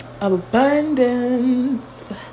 Abundance